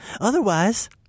Otherwise